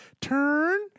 turn